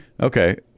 Okay